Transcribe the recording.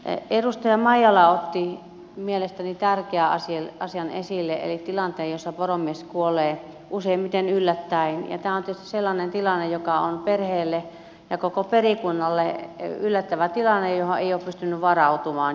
edustaja maijala otti mielestäni tärkeän asian esille eli tilanteen jossa poromies kuolee useimmiten yllättäen ja tämä on tietysti sellainen tilanne joka on perheelle ja koko perikunnalle yllättävä tilanne johon ei ole pystynyt varautumaan